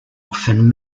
van